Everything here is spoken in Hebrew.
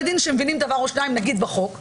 דין שמבינים דבר או שניים נגיד בחוק,